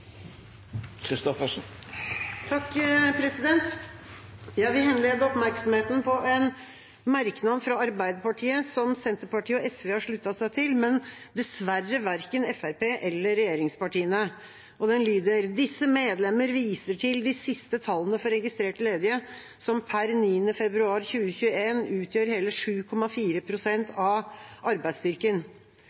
vil henlede oppmerksomheten på en merknad fra Arbeiderpartiet, som Senterpartiet og SV har sluttet seg til, men dessverre verken Fremskrittspartiet eller regjeringspartiene. Den lyder: «Disse medlemmer viser til de siste tallene for registrerte ledige, som pr. 9. februar 2021 utgjør hele 7,4 pst. av arbeidsstyrken.»